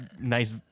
nice